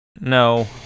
No